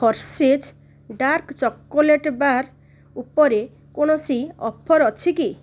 Hershey's dark chocolate bar ଉପରେ କୌଣସି offer ଅଛି କି